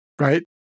right